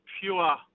pure